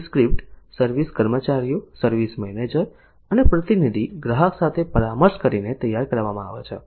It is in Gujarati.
સર્વિસ સ્ક્રિપ્ટ સર્વિસ કર્મચારીઓ સર્વિસ મેનેજર અને પ્રતિનિધિ ગ્રાહક સાથે પરામર્શ કરીને તૈયાર કરવામાં આવે છે